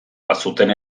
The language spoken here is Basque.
bazuten